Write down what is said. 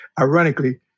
ironically